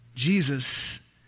Jesus